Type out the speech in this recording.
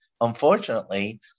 Unfortunately